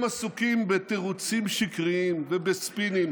אתם עסוקים בתירוצים שקריים ובספינים.